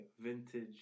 vintage